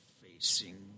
facing